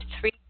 three